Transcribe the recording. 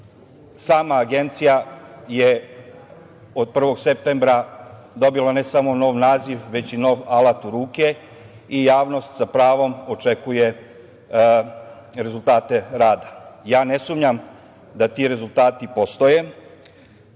Sama agencija je od 1. septembra dobila ne samo nov naziv, već i nov alat u ruke i javnost sa pravom očekuje rezultate rada. Ne sumnjam da ti rezultati postoje,